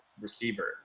receiver